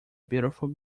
beautiful